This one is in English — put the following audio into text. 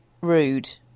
Rude